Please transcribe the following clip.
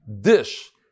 dish